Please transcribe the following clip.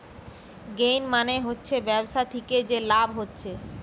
gain মানে হচ্ছে ব্যবসা থিকে যে লাভ হচ্ছে